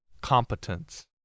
competence